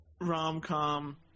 rom-com